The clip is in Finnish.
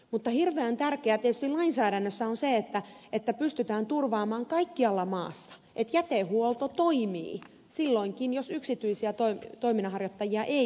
mutta hirveän tärkeää tietysti lainsäädännössä on se että pystytään turvaamaan kaikkialla maassa se että jätehuolto toimii silloinkin jos yksityisiä toiminnanharjoittajia ei ole